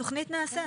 את התכנית נעשה,